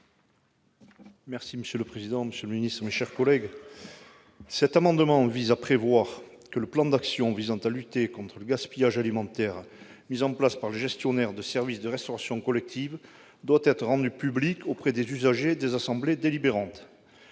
territoire et du développement durable ? Cet amendement tend à prévoir que le plan d'action visant à lutter contre le gaspillage alimentaire mis en place par le gestionnaire de service de restauration collective doit être rendu public auprès des usagers et des assemblées délibérantes.